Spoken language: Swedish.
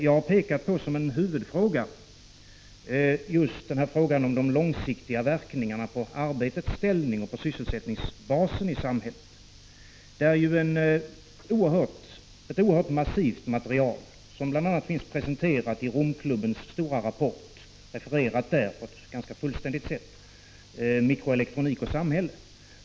Jag har pekat på, som en huvudfråga, de långsiktiga verkningarna på arbetets ställning och på sysselsättningsbasen i samhället. Därvidlag har man ett oerhört massivt material, som bl.a. finns presenterat på ett ganska fullständigt sätt i Romklubbens stora rapport om mikroelektronik och samhälle.